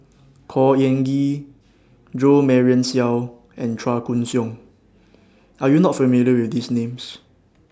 Khor Ean Ghee Jo Marion Seow and Chua Koon Siong Are YOU not familiar with These Names